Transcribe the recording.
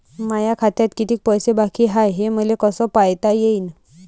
माया खात्यात कितीक पैसे बाकी हाय हे मले कस पायता येईन?